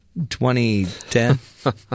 2010